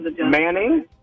Manning